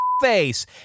Face